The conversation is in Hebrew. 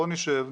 בוא נשב,